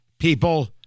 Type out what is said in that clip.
People